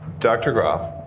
dr. grof,